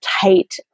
tight